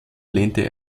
lehnte